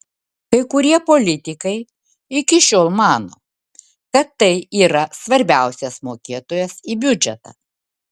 kai kurie politikai iki šiol mano kad tai yra svarbiausias mokėtojas į biudžetą